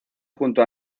junto